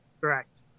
Correct